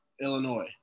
Illinois